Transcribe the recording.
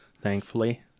thankfully